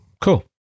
Cool